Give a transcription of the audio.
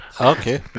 Okay